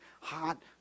hot